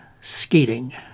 skating